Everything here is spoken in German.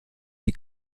die